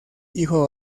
hijo